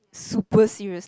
super serious